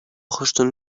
خوشتون